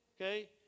okay